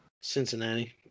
Cincinnati